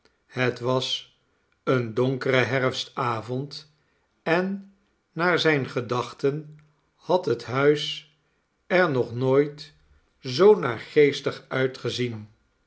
het was een donkere herfstavond en naar zijne gedachten had het huis er nog nooit zoo naargcestig uitgezien